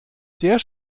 sehr